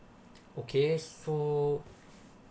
okay so